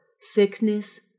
sickness